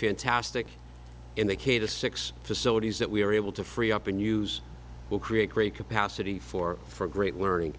fantastic and they came to six facilities that we were able to free up and use will create great capacity for for great learning